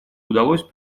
удалось